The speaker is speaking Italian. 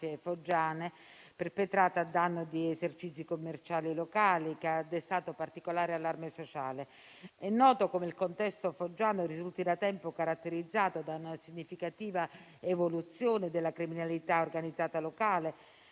foggiane, perpetrata a danno di esercizi commerciali locali, che ha destato particolare allarme sociale. È noto come il contesto foggiano risulti da tempo caratterizzato da una significativa evoluzione della criminalità organizzata locale,